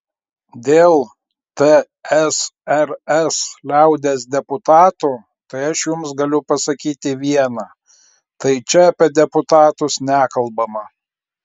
dėl tsrs liaudies deputatų tai aš jums galiu pasakyti viena tai čia apie deputatus nekalbama